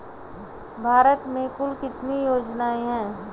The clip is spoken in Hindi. भारत में कुल कितनी योजनाएं हैं?